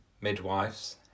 midwives